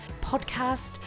podcast